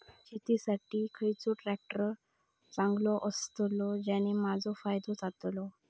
शेती साठी खयचो ट्रॅक्टर चांगलो अस्तलो ज्याने माजो फायदो जातलो?